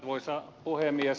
arvoisa puhemies